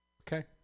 okay